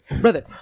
Brother